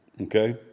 Okay